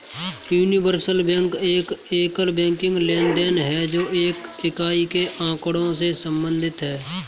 universal bank एक एकल banking लेनदेन है, जो एक इकाई के आँकड़ों से संबंधित है